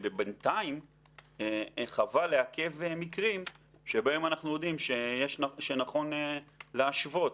שבינתיים חבל לעכב מקרים שבהם אנחנו יודעים שיש משהו שנכון להשוות,